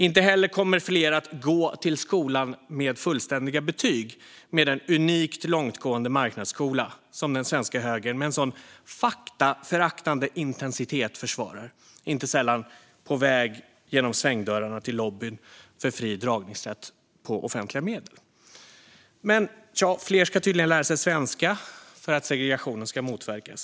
Inte heller kommer fler att gå ut skolan med fullständiga betyg med den unikt långtgående marknadsskola som den svenska högern med en sådan faktaföraktande intensitet försvarar - inte sällan på väg genom svängdörrarna till lobbyn för fri dragningsrätt på offentliga medel. Fler ska dock tydligen lära sig svenska för att segregationen ska motverkas.